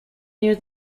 near